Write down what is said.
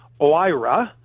OIRA